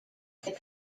that